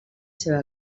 seva